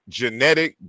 genetic